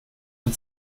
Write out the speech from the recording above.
und